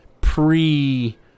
pre